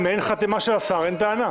אם אין חתימה של השר, אין טענה.